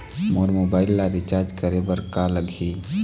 मोर mobile ला recharge करे बर का लगही?